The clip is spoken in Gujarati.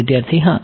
વિદ્યાર્થી હા